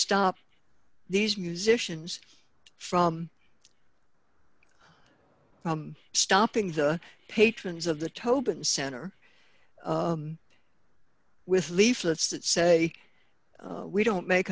stop these musicians from stopping the patrons of the tobin center with leaflets that say we don't make